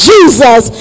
Jesus